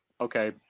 okay